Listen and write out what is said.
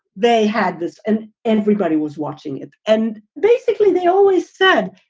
they had this and everybody was watching it. and basically they always said,